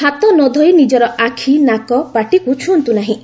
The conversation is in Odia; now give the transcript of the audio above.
ହାତ ନ ଧୋଇ ନିଜର ଆଖି ନାକ ପାଟିକୁ ଛୁଅଁନ୍ତୁ ନାହିଁ